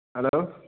hello